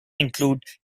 include